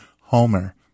Homer